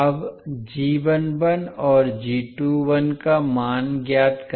अब और का मान ज्ञात करने के लिए